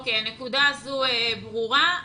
הנקודה הזו ברורה.